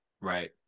Right